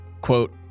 Quote